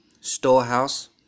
storehouse